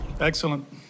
Excellent